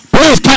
Please